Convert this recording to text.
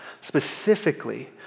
specifically